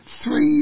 Three